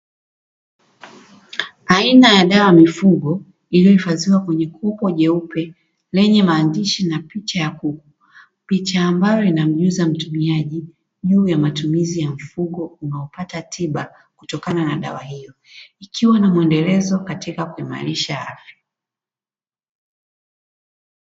Aina ya dawa mifugo iliyohifadhiwa kwenye kopo jeupe lenye maandishi na picha ya kuku, picha ambayo inamjuza mtumiaji juu ya matumizi ya mfugo unaopata tiba kutokana na dawa hiyo. Ikiwa na muendelezo katika kuimarisha afya.